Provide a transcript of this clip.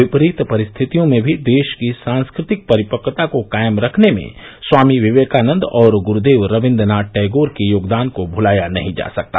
विपरीत परिस्थितियों में भी देश की सांस्कृतिक परिपक्वता को कायम रखने में स्वामी विवेकानन्द और गुरूदेव रविन्द्रनाथ टैगोर के योगदान को भुलाया नही जा सकता